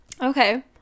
Okay